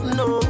no